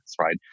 right